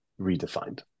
redefined